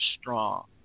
strong